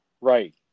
right